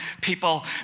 People